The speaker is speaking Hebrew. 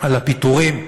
על הפיטורים.